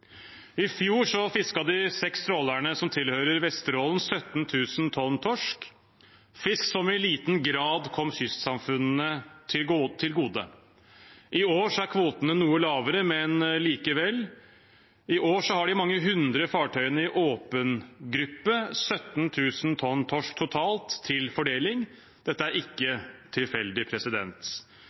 I fjor fisket de seks trålerne som tilhører Vesterålen, 17 000 tonn torsk – fisk som i liten grad kom kystsamfunnene til gode. I år er kvotene noe lavere, men likevel har de mange hundre fartøyene i åpen gruppe 17 000 tonn torsk totalt til fordeling. Dette er ikke tilfeldig.